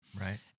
Right